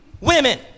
Women